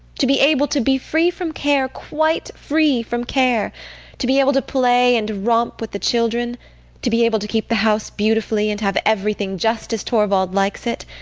to be able to be free from care, quite free from care to be able to play and romp with the children to be able to keep the house beautifully and have everything just as torvald likes it!